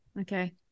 okay